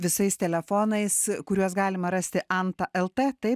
visais telefonais kuriuos galima rasti anta lt taip